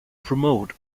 promote